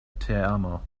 teamo